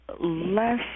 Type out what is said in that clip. less